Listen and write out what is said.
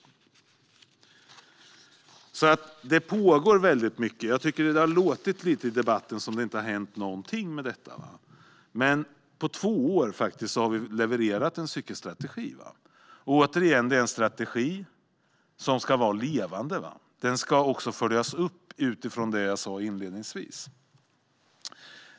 Det pågår alltså väldigt mycket. Jag tycker att det har låtit lite i debatten som om det inte har hänt någonting med detta, men på två år har vi faktiskt levererat en cykelstrategi. Det är, återigen, en strategi som ska vara levande. Den ska också följas upp utifrån det jag sa inledningsvis.